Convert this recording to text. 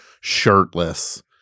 shirtless